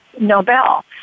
Nobel